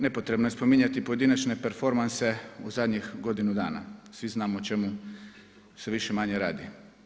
Nepotrebno je spominjati pojedinačne performanse u zadnjih godinu dana, svi znamo o čemu se više-manje radi.